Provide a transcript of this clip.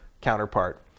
counterpart